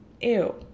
ew